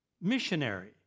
missionary